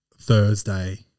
Thursday